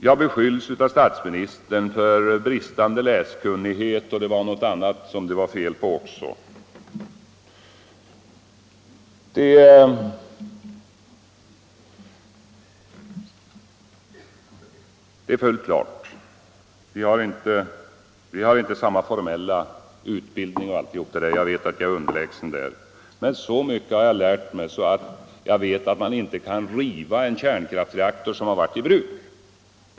Jag har av statsministern beskyllts för bristande läskunnighet och något annat, vad det nu var för fel, och det är fullt klart att vi inte har samma formella utbildning. Jag vet att jag är underlägsen där. Men så mycket har jag lärt mig att jag är medveten om att man inte kan riva en kärnkraftsreaktor som har varit i bruk.